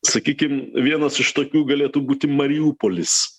sakykim vienas iš tokių galėtų būti mariupolis